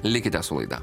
likite su laida